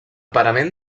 parament